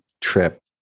trip